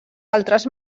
altres